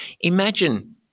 Imagine